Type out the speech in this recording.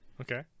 Okay